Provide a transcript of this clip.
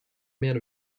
man